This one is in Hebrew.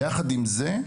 ביחד עם זה,